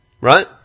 Right